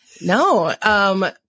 No